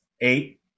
eight